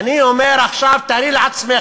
אני אומר עכשיו: תארי לעצמך,